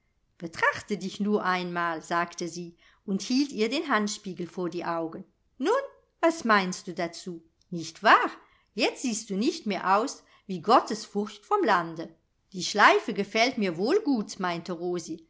betrachte dich nur einmal sagte sie und hielt ihr den handspiegel vor die augen nun was meinst du dazu nicht wahr jetzt siehst du nicht mehr aus wie gottesfurcht vom lande die schleife gefällt mir wohl gut meinte